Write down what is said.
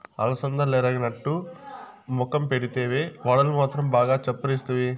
అలసందలెరగనట్టు మొఖం పెడితివే, వడలు మాత్రం బాగా చప్పరిస్తివి